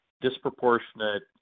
disproportionate